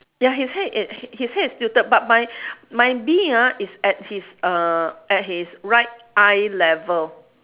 ya his head i~ his head is tilted but my my bee ah is at his uh at his right eye level